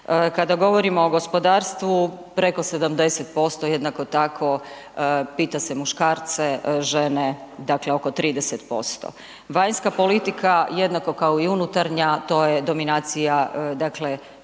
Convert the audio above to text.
Kada govorimo o gospodarstvu preko 70% jednako tako pita se muškarce, žene dakle oko 30%. Vanjska politika jednako kao i unutarnja to je dominacija dakle